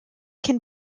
can